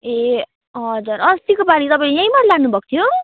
ए हजुर अस्तिको पालि तपाईँले यहीँबाट लानु भएको थियो